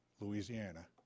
Louisiana